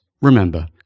Remember